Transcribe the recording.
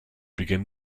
begin